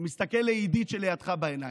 אני מסתכל לעידית שלידך בעיניים: